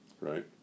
Right